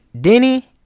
Denny